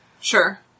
Sure